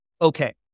okay